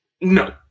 No